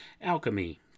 Alchemy